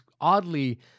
oddly